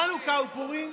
חוץ מחנוכה ופורים,